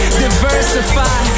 diversify